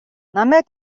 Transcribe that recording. намайг